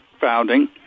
founding